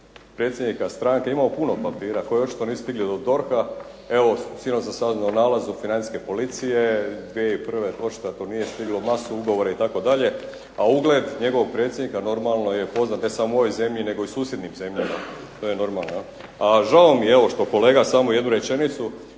predsjednika stranke. Imamo puno papira koji očito nisu stigli do DORH-a. Evo, sinoć sam saznao nalaz od Financijske policije 2001. pošta to nije stiglo, masu ugovora itd., a ugled njegovog predsjednika normalno je poznat ne samo u ovoj zemlji nego i u susjednim zemljama. To je normalno jel'. A žao mi je evo što, kolega samo jednu rečenicu,